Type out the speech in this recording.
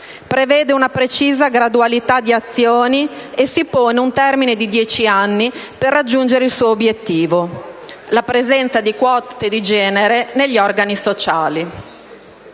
prevede una precisa gradualità di azioni e si pone un termine di dieci anni per raggiungere il suo obiettivo, la presenza di quote di genere negli organi sociali.